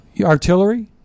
artillery